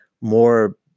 more